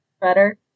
better